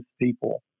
people